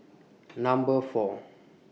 Number four